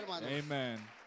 amen